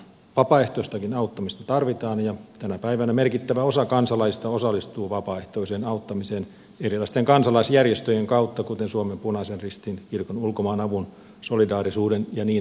vapaaehtoistakin auttamista tarvitaan ja tänä päivänä merkittävä osa kansalaisista osallistuu vapaaehtoiseen auttamiseen erilaisten kansalaisjärjestöjen kautta kuten suomen punaisen ristin kirkon ulkomaanavun solidaarisuuden ja niin edelleen